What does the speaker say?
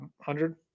hundred